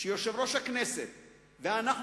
שיושב-ראש הכנסת ואנחנו,